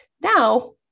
now